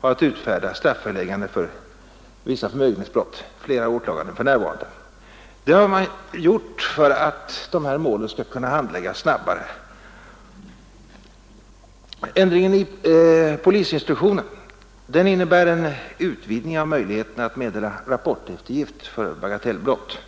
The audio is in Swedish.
och att utfärda strafföreläggande för vissa förmögenhetsbrott. Det har vi gjort för att dessa mål skall kunna handläggas snabbare. Ändringen i polisinstruktionen innebär en utvidgning av möjligheterna att meddela rapporteftergift för bagatellbrott.